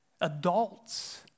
Adults